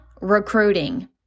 Recruiting